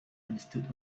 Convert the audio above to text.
understood